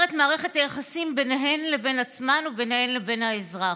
את מערכת היחסים בינן לבין עצמן ובינן לבין האזרח.